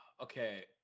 Okay